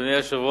מודה